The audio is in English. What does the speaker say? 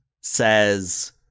says